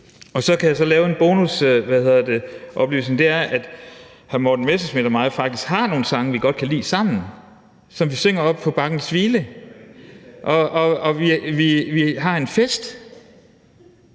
Så kan jeg give en bonusoplysning, og det er, at hr. Morten Messerschmidt og jeg faktisk har nogle sange, vi godt kan lide sammen, og som vi synger oppe på Bakkens Hvile, og vi har en fest,